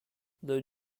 though